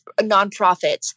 nonprofits